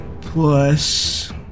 plus